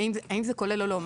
האם זה כולל או לא?